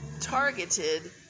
targeted